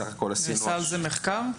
נעשה על זה מחקר?